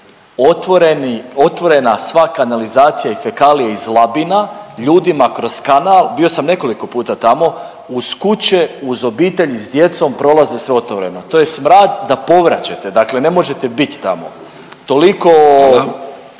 otvorena sva kanalizacija i fekalije iz Labina ljudima kroz kanal, bio sam nekoliko puta tamo, uz kuće, uz obitelji s djecom prolaze sve otvoreno. To je smrad da povraćate, dakle ne možete biti tamo. Toliko